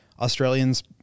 Australians